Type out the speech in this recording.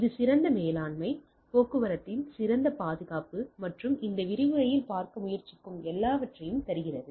இது சிறந்த மேலாண்மை போக்குவரத்தின் சிறந்த பாதுகாப்பு மற்றும் இந்த விரிவுரையில் பார்க்க முயற்சிக்கும் எல்லாவற்றையும் தருகிறது